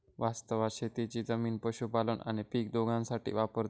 वास्तवात शेतीची जमीन पशुपालन आणि पीक दोघांसाठी वापरतत